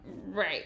Right